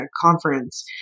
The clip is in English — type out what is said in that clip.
conference